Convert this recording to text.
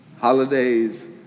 holidays